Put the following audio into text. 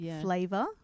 flavor